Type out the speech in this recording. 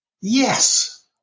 yes